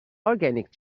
organic